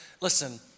Listen